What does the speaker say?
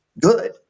good